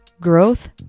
growth